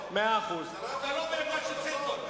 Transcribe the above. אתה לא בעמדה של צנזור.